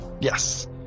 Yes